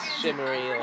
shimmery